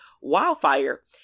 wildfire